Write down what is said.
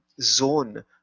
zone